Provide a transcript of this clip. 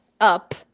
up